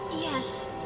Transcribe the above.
Yes